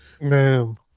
man